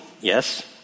Yes